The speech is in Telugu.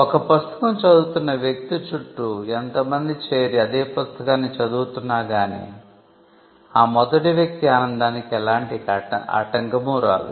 ఒక పుస్తకం చదువుతున్న వ్యక్తి చుట్టూ ఎంత మంది చేరి అదే పుస్తకాన్ని చదువుతున్నా గానీ ఆ మొదటి వ్యక్తి ఆనందానికి ఎలాంటి ఆటంకమూ రాదు